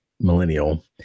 millennial